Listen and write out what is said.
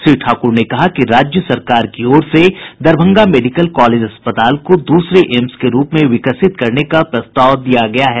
श्री ठाकुर ने कहा कि राज्य सरकार की ओर से दरभंगा मेडिकल कॉलेज अस्पताल को दूसरे एम्स के रूप में विकसित करने का प्रस्ताव दिया गया है